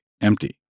empty